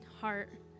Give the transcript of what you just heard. heart